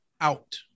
out